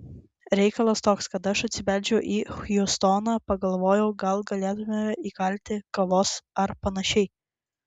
reikalas toks kad aš atsibeldžiu į hjustoną pagalvojau gal galėtumėme įkalti kavos ar panašiai